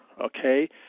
okay